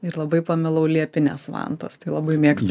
ir labai pamilau liepines vantas labai mėgstu